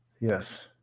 Yes